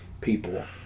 people